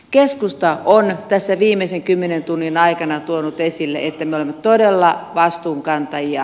keskusta on tässä viimeisen kymmenen tunnin aikana tuonut esille että me olemme todella vastuunkantajia